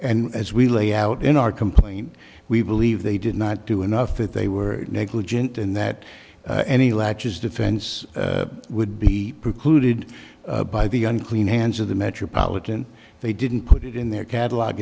and as we lay out in our complaint we believe they did not do enough that they were negligent and that any latches defense would be precluded by the unclean hands of the metropolitan they didn't put it in their catalog